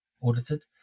audited